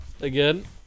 again